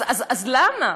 אז למה?